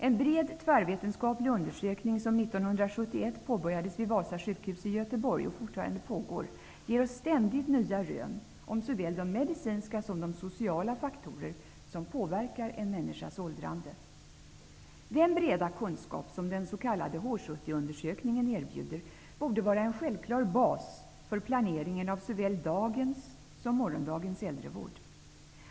En bred tvärvetenskaplig undersökning som påbörjades 1971 vid Vasa sjukhus i Göteborg och som fortfarande pågår ger oss ständigt nya rön om såväl de medicinska som de sociala faktorer som påverkar en människas åldrande. Den breda kunskap som den s.k. H70 undersökningen erbjuder borde vara en självklar bas för planeringen av såväl dagens som morgondagens äldrevård.